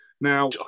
Now